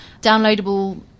downloadable